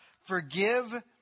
Forgive